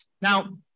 Now